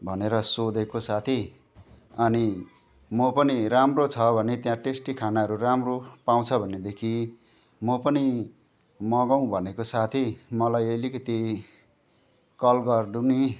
भनेर सोधेको साथी अनि म पनि राम्रो छ भने त्यहाँ टेस्टी खानाहरू राम्रो पाउँछ भनेदेखि म पनि मगाऊँ भनेको साथी मलाई अलिकति कल गर्नु नि